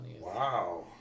Wow